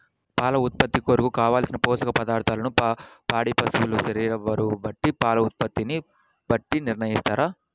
పాల ఉత్పత్తి కొరకు, కావలసిన పోషక పదార్ధములను పాడి పశువు శరీర బరువును బట్టి పాల ఉత్పత్తిని బట్టి నిర్ణయిస్తారా?